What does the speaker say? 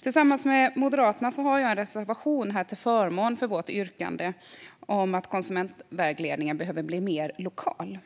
Tillsammans med Moderaterna har jag en reservation till förmån för vårt yrkande om att konsumentvägledningen behöver bli mer lokal.